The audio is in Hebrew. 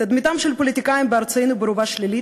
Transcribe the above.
תדמיתם של הפוליטיקאים בארצנו ברובה שלילית,